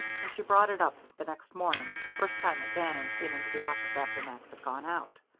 and she brought it up, the next morning, the first time that bannon came into the office after max had gone out.